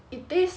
sweet but